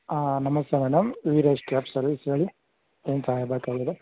ಹಾಂ ನಮಸ್ತೆ madam Veeresh cab service ಹೇಳಿ ಏನು ಸಹಾಯ ಬೇಕಾಗಿದೆ